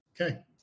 Okay